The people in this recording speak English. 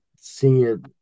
seeing